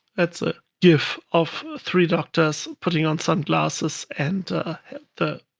that's a gif of three doctors putting on sunglasses, and the